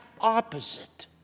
opposite